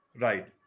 Right